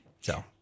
So-